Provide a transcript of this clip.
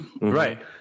Right